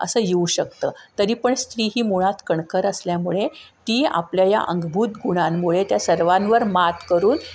असं येऊ शकतं तरी पण स्त्री ही मुळात कणखर असल्यामुळे ती आपल्या या अंगभूत गुणांमुळे त्या सर्वांवर मात करून